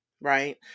right